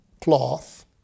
cloth